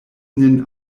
nin